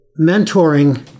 mentoring